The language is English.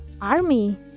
army